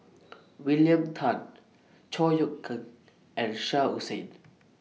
William Tan Chor Yeok Eng and Shah Hussain